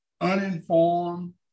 uninformed